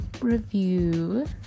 review